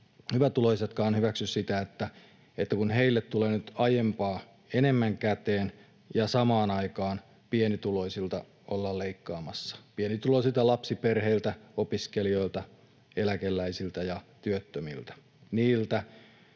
hyvätuloisetkaan hyväksy sitä, että heille tulee nyt aiempaa enemmän käteen ja samaan aikaan pienituloisilta ollaan leikkaamassa — pienituloisilta lapsiperheiltä, opiskelijoilta, eläkeläisiltä ja työttömiltä, niiltä,